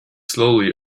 slowly